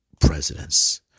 presidents